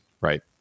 right